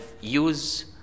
use